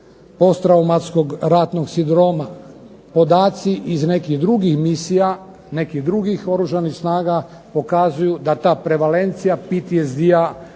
posttraumatskog ratnog sindroma. Podaci iz nekih drugih misija, nekih drugih Oružanih snaga pokazuju da ta prevalencija PTSD-a